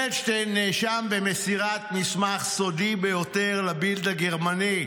פלדשטיין נאשם במסירת מסמך סודי ביותר לבילד הגרמני,